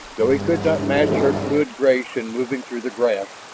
though he could not match her fluid grace in moving through the grass,